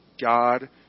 God